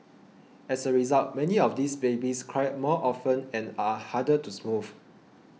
as a result many of these babies cry more often and are harder to soothe